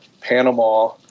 Panama